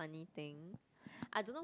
funny thing I don't know